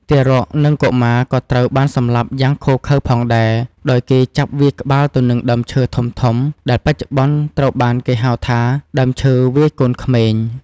ទារក និងកុមារក៏ត្រូវបានសម្លាប់យ៉ាងឃោរឃៅផងដែរ ដោយគេចាប់វាយក្បាលទៅនឹងដើមឈើធំៗ ដែលបច្ចុប្បន្នត្រូវបានគេហៅថា "ដើមឈើវាយកូនក្មេង"។